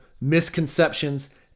misconceptions